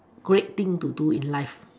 great thing to do in life